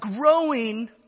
growing